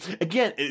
again